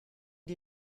die